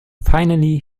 finally